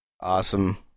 Awesome